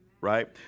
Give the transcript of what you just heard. Right